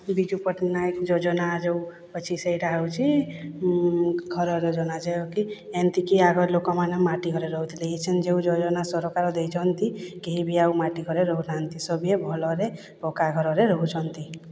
ବିଜୁ ପଟ୍ଟନାୟକ ଯୋଜନା ଯେଉଁ ଅଛି ସେଇଟା ହେଉଛି ଘରର ଯୋଜନା ଯେଉଁଗୁଡ଼ାକି ଏମିତିକି ଆଗ ଲୋକମାନେ ମାଟି ଘରେ ରହୁଥିଲେ ଏହି ସନ୍ ଯେଉଁ ଯୋଜନା ସରକାର ଦେଇଛନ୍ତି କେହି ବି ଆଉ ମାଟି ଘରେ ରହୁନାହାନ୍ତି ସଭିଏଁ ଭଲରେ ପକ୍କା ଘରରେ ରହୁଛନ୍ତି